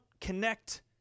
connect